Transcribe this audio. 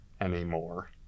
anymore